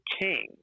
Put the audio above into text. king